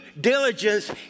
diligence